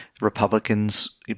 Republicans